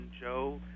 Joe